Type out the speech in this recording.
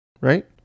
Right